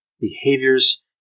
behaviors